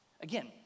Again